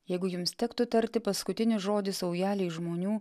jeigu jums tektų tarti paskutinį žodį saujelei žmonių